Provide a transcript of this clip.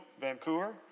Vancouver